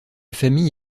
famille